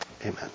Amen